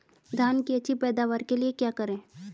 धान की अच्छी पैदावार के लिए क्या करें?